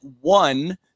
one